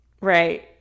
Right